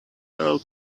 pearl